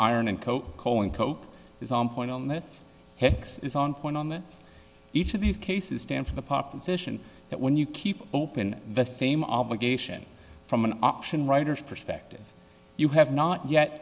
iron and co coing coke is on point on this hicks is on point on this each of these cases stand for the proposition that when you keep open the same obligation from an option writer's perspective you have not yet